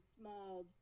small